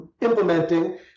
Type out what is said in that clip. implementing